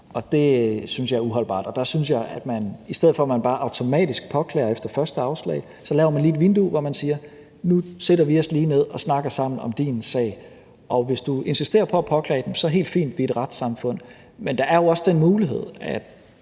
der synes jeg, at man i stedet for bare automatisk at påklage efter første afslag kan lave et vindue, hvor man siger: Nu sætter vi os lige ned og snakker sammen om din sag, og hvis du insisterer på at påklage den, er det helt fint, for vi er et retssamfund. Men der er jo også den mulighed, at